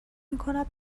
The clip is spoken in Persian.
میکند